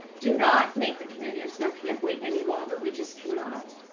do not make the community of snow can't wait any longer. we just cannot.